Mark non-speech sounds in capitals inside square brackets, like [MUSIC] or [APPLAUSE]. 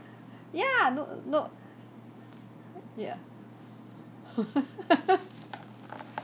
[LAUGHS] ya no no ya [LAUGHS]